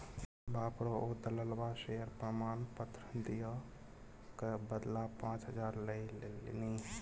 बाप रौ ओ दललबा शेयर प्रमाण पत्र दिअ क बदला पाच हजार लए लेलनि